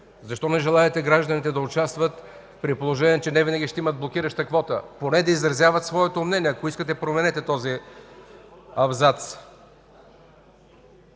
Защо не желаете гражданите да участват, при положение че не винаги ще имат блокираща квота, поне да изразяват своето мнение. Ако искате променете този абзац.